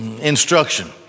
instruction